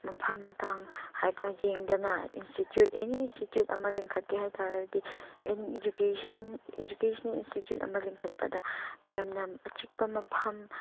ꯃꯐꯝ ꯃꯇꯥꯡ ꯍꯥꯏꯕ ꯌꯦꯡꯗꯅ ꯏꯟꯁꯇꯤꯇ꯭ꯌꯨꯠ ꯑꯦꯅꯤ ꯏꯟꯁꯇꯤꯇ꯭ꯌꯨꯠ ꯑꯃ ꯂꯤꯡꯈꯠꯀꯦ ꯍꯥꯏꯇꯔꯗꯤ ꯑꯦꯅꯤ ꯏꯗꯨꯀꯦꯁꯟ ꯏꯗꯨꯀꯦꯁꯅꯦꯜ ꯏꯟꯁꯇꯤꯇ꯭ꯌꯨꯠ ꯑꯃ ꯂꯤꯡꯈꯠꯄꯗ ꯌꯥꯝꯅ ꯑꯆꯤꯛꯄ ꯃꯐꯝ